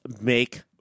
make